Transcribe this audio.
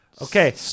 Okay